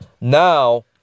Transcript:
Now